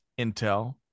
Intel